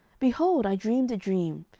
behold, i dreamed a dream,